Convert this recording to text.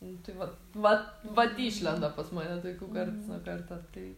nu tai vat vat vat išlenda pas mane tokių karts nuo karto tai